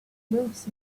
brookes